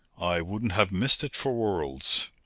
i wouldn't have missed it for worlds.